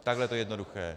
Takhle je to jednoduché.